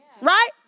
right